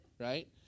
Right